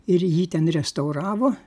ir jį ten restauravo